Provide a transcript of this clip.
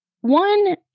One